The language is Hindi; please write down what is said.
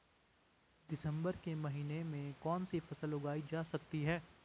दिसम्बर के महीने में कौन सी फसल उगाई जा सकती है?